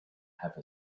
have